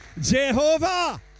Jehovah